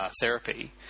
therapy